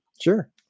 Sure